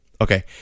Okay